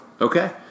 Okay